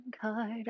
card